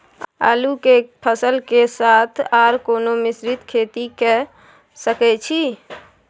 आलू के फसल के साथ आर कोनो मिश्रित खेती के सकैछि?